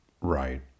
Right